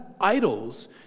idols